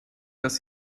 dass